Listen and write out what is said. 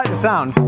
sound